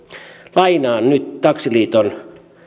lainaan nyt taksiliiton